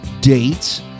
dates